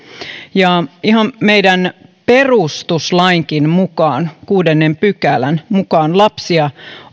ihan meidän perustuslakimmekin mukaan kuudennen pykälän mukaan lapsia